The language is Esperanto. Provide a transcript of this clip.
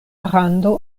rando